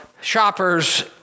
shoppers